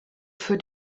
für